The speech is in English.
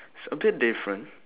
it's a bit different